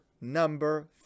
number